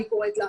אני קוראת לה,